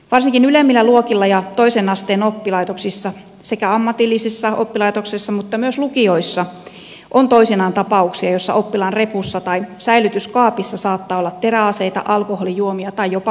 varsinkin ylemmillä luokilla ja toisen asteen oppilaitoksissa sekä ammatillisissa oppilaitoksissa että myös lukioissa on toisinaan tapauksia joissa oppilaan repussa tai säilytyskaapissa saattaa olla teräaseita alkoholijuomia tai jopa huumeita